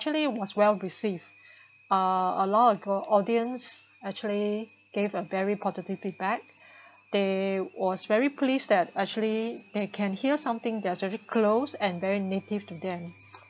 actually was well received uh a lot of audience actually gave a very positive feedback they was very pleased that actually they can hear something that's really closed and very native to them